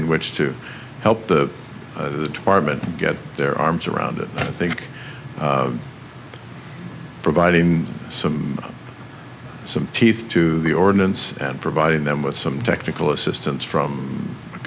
in which to help the department get their arms around it i think providing some some teeth to the ordinance and providing them with some technical assistance from